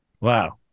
wow